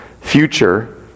Future